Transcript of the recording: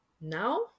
now